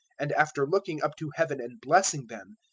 and after looking up to heaven and blessing them,